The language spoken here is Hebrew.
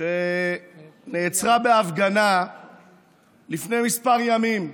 שנעצרה בהפגנה לפני כמה ימים.